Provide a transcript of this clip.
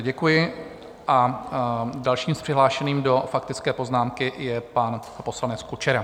Děkuji a dalším z přihlášených do faktické poznámky je pan poslanec Kučera.